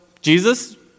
Jesus